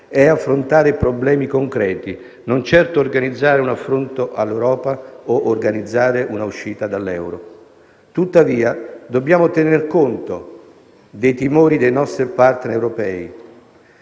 è affrontare problemi concreti, non certo organizzare un affronto all'Europa stessa o un'uscita dall'euro. Tuttavia, dobbiamo tener conto dei timori dei nostri *partner* europei